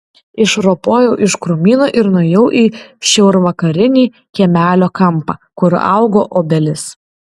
išropojau iš krūmyno ir nuėjau į šiaurvakarinį kiemelio kampą kur augo obelis